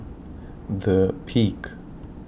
The Peak